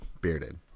bearded